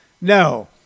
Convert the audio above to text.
No